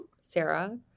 Sarah